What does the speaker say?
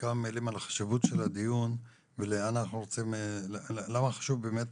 בכמה מילים על החשיבות של הדיון ולמה חשוב באמת